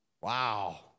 Wow